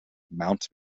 mount